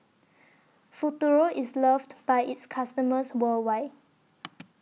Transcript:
Futuro IS loved By its customers worldwide